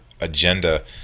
agenda